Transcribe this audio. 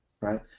right